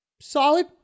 solid